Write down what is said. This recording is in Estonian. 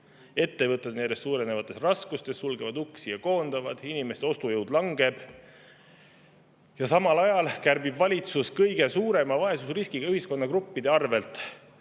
ettevõtted on järjest suurenevates raskustes, nad sulgevad uksi ja koondavad töötajaid, ning inimeste ostujõud langeb. Samal ajal kärbib valitsus kõige suurema vaesusriskiga ühiskonnagruppide arvel: